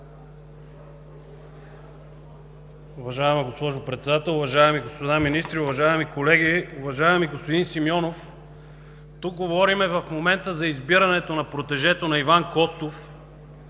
Уважаема госпожо Председател, уважаеми господа министри, уважаеми колеги! Уважаеми господин Симеонов, тук в момента говорим за избирането на протежето на Иван Костов,